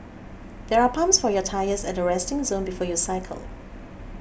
there are pumps for your tyres at the resting zone before you cycle